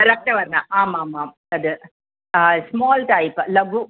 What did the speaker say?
रक्तवर्णम् आमामां तद् स्मोल् टैप् लघु